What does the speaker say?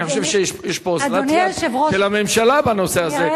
אני חושב שיש פה אוזלת יד של הממשלה בנושא הזה.